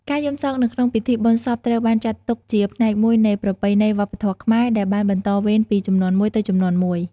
ការយំសោកនៅក្នុងពិធីបុណ្យសពត្រូវបានចាត់ទុកជាផ្នែកមួយនៃប្រពៃណីវប្បធម៌ខ្មែរដែលបានបន្តវេនពីជំនាន់មួយទៅជំនាន់មួយ។